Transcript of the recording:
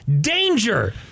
Danger